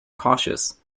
cautious